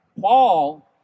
Paul